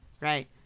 right